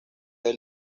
del